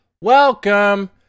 welcome